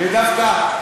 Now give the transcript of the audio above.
ודווקא,